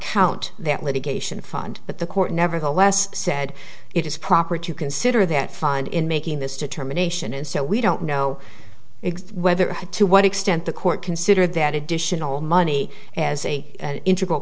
count that litigation fund but the court nevertheless said it is proper to consider that find in making this determination and so we don't know exactly whether to what extent the court considered that additional money as a integral